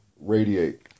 radiate